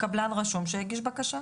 קבלן רשום שהגיש בקשה.